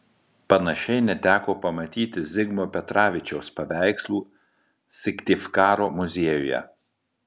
panašiai neteko pamatyti zigmo petravičiaus paveikslų syktyvkaro muziejuje